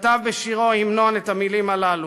שכתב בשירו "המנון" את המילים הללו: